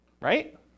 right